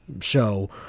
show